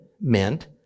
meant